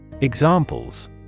Examples